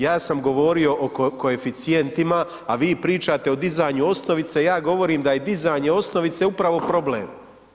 Ja sam govorio o koeficijentima, a vi pričate o dizanju osnovice, ja govorim da je dizanje osnovice upravo problem.